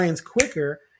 quicker